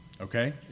Okay